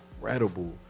incredible